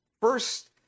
First